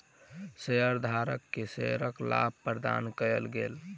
शेयरधारक के शेयरक लाभ प्रदान कयल गेल